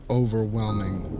overwhelming